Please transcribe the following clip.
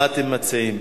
מה אתם מציעים?